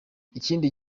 ikindi